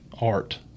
art